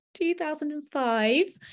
2005